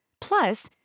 Plus